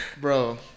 bro